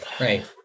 Right